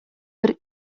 бер